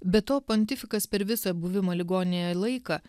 be to pontifikas per visą buvimo ligoninėje laiką